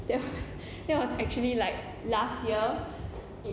that that was actually like last year